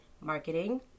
marketing